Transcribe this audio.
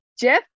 jeff